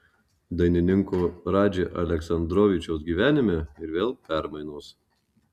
dainininko radži aleksandrovičiaus gyvenime ir vėl permainos